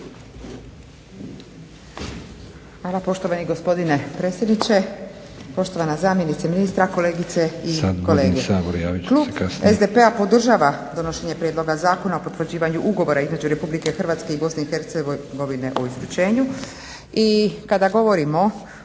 Hvala poštovani gospodine predsjedniče. Poštovana zamjenice ministra, kolegice i kolege. Klub SDP-a podržava donošenje prijedloga Zakona o potvrđivanju ugovora između RH i BIH o izručenju